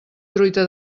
truita